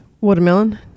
Watermelon